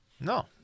No